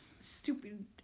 stupid